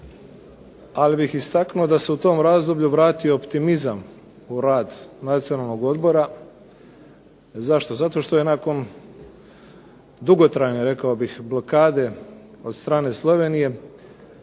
ali bih istaknuo da se u tom razdoblju vratio optimizam u rad Nacionalnog odbora. Zašto? Zato što je nakon dugotrajne rekao bih blokade od strane Slovenije